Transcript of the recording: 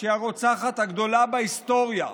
שהיא הרוצחת הגדולה בהיסטוריה.